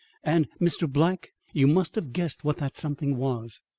and mr. black, you must have guessed what that something was.